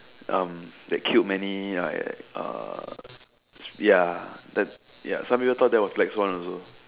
um that killed many like uh ya that ya some people thought that was like Black Swan also